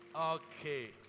Okay